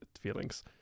feelings